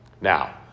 Now